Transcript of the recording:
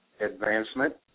advancement